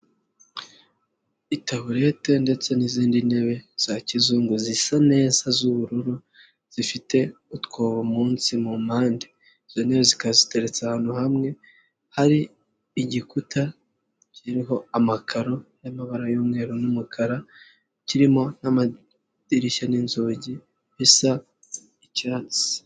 Itaburete ndetse n'izindi ntebe za kizungu zisa neza z'ubururu, zifite utwobo munsi mu mpande. Izo ntebe zikaba ziteretse ahantu hamwe, hari igikuta kiriho amakaro y'amabara y'umweru n'umukara, kirimo n'amadirishya n'inzugi bisa icyatsi.